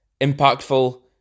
impactful